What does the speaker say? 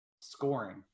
scoring